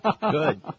Good